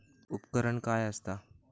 उपकरण काय असता?